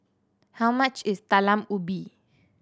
how much is Talam Ubi